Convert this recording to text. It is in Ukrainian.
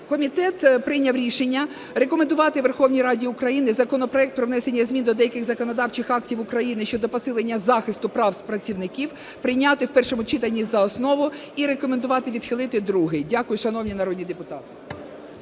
Комітет прийняв рішення рекомендувати Верховній Раді України законопроект про внесення змін до деяких законодавчих актів України щодо посилення захисту прав працівників прийняти в першому читанні за основу і рекомендувати відхилити другий. Дякую, шановні народні депутати.